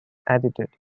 edited